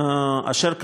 אשר,